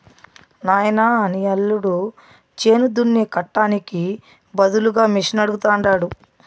నాయనా నీ యల్లుడు చేను దున్నే కట్టానికి బదులుగా మిషనడగతండాడు